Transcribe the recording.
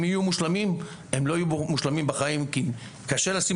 הם לא יהיו מושלמים אף פעם כי קשה לשים